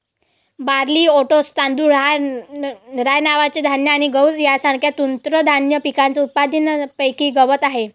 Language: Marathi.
बार्ली, ओट्स, तांदूळ, राय नावाचे धान्य आणि गहू यांसारख्या तृणधान्य पिकांच्या उत्पादनापैकी गवत आहे